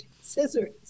scissors